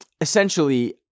Essentially